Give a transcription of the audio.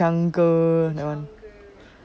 the 长歌